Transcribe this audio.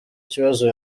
ikibazo